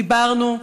דיברנו,